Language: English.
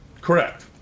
Correct